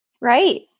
right